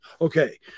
okay